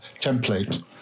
template